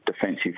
defensive